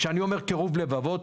כשאני אומר קירוב לבבות,